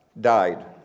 died